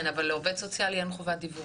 כן, אבל לעו"ס אין חובת דיווח.